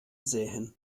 sähen